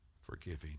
forgiving